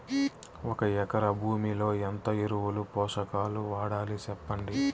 ఒక ఎకరా భూమిలో ఎంత ఎరువులు, పోషకాలు వాడాలి సెప్పండి?